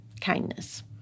kindness